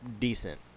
decent